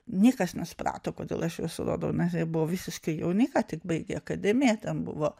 niekas nesuprato kodėl aš juos rodau nes jie buvo visiškai jauni ką tik baigę akademiją ten buvo